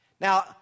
Now